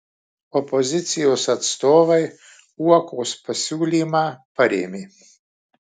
opozicijos atstovai uokos pasiūlymą parėmė